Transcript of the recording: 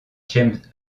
james